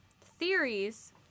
theories